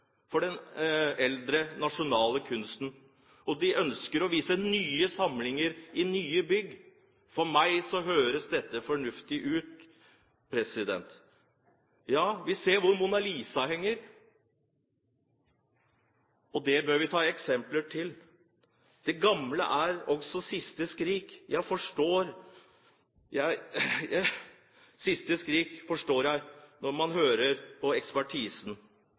for den eldre nasjonale kunsten, og som ønsker å vise nye samlinger i nye bygg. For meg høres dette fornuftig ut. Ja, vi ser hvor Mona Lisa henger, og det bør vi ta som eksempel. Det gamle er også siste skrik, forstår jeg, når man hører på ekspertisen.